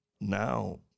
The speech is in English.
now